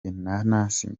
inanasi